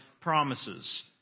promises